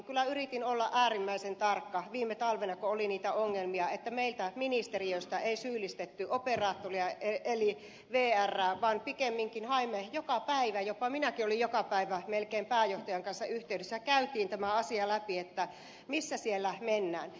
kyllä yritin olla äärimmäisen tarkka viime talvena kun oli niitä ongelmia että meiltä ministeriöstä ei syyllistetty operaattoria eli vrää vaan pikemminkin joka päivä jopa minäkin olin melkein joka päivä pääjohtajan kanssa yh teydessä käytiin tämä asia läpi että missä siellä mennään